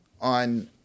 on